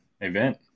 event